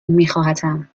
میخواهتم